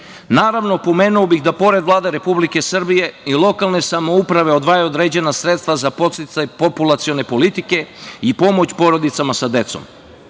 pomenuo bi da pored Vlade Republike Srbije i lokalne samouprave odvajaju određena sredstva za podsticaj populacione politike i pomoć porodicama sa